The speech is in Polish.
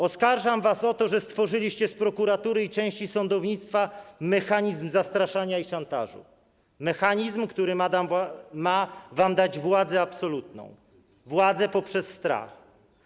Oskarżam was o to, że stworzyliście z prokuratury i części sądownictwa mechanizm zastraszania i szantażu, mechanizm, który ma wam dać władzę absolutną, władzę poprzez strach.